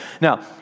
now